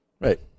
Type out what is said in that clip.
Right